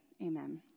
Amen